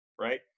right